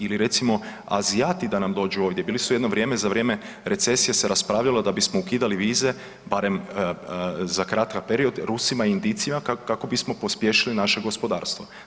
Ili recimo, Azijati da nam dođu ovdje, bili su jedno vrijeme, za vrijeme recesije se raspravljalo da bismo ukidali vize, barem za kratka period Rusima i Indijcima kako bismo pospješili naše gospodarstvo.